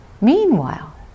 Meanwhile